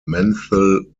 menthol